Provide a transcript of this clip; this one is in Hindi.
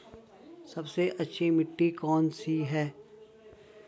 सबसे अच्छी मिट्टी कौन सी है?